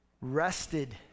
rested